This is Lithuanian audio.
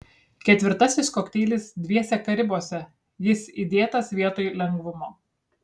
ketvirtasis kokteilis dviese karibuose jis įdėtas vietoj lengvumo